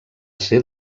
ser